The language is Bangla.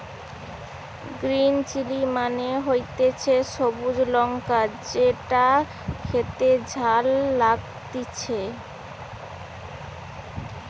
গ্রিন চিলি মানে হতিছে সবুজ লঙ্কা যেটো খেতে ঝাল লাগতিছে